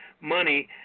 money